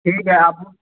ठीक हइ आबू